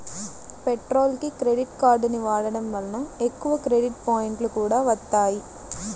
పెట్రోల్కి క్రెడిట్ కార్డుని వాడటం వలన ఎక్కువ క్రెడిట్ పాయింట్లు కూడా వత్తాయి